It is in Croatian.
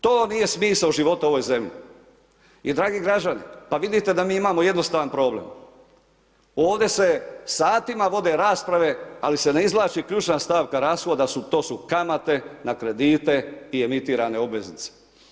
To nije smisao života u ovoj zemlji, i dragi građani pa vidite da mi imamo jednostavan problem, ovde se satima vode rasprave ali se ne izvlači ključna stavka rashoda, to kamate na kredite i emitirane obveznice.